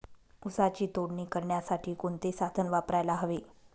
ऊसाची तोडणी करण्यासाठी कोणते साधन वापरायला हवे?